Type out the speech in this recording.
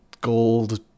gold